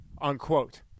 unquote